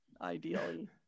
ideally